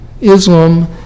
Islam